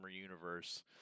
universe